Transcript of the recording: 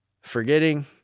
Forgetting